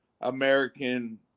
American